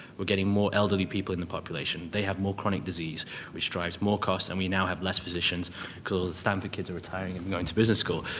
we're getting more elderly people in the population. they have more chronic disease which drives more cost and we now have less physicians because stanford kids are retiring and going to business school.